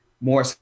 more